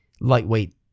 lightweight